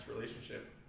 relationship